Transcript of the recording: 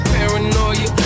Paranoia